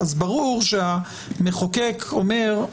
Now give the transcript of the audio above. אז ברור שהמחוקק אומר: